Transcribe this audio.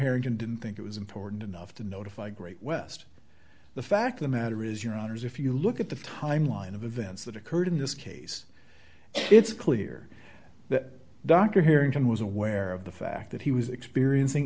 harrington didn't think it was important enough to notify great west the fact the matter is your honour's if you look at the timeline of events that occurred in this case it's clear that dr harrington was aware of the fact that he was experiencing